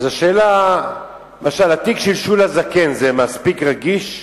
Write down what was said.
אז השאלה, למשל התיק של שולה זקן זה מספיק רגיש?